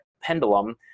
pendulum